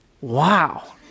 wow